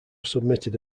submitted